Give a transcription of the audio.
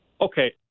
okay